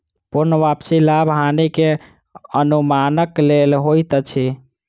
पूर्ण वापसी लाभ हानि के अनुमानक लेल होइत अछि